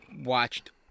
watched